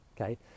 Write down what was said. okay